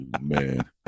Man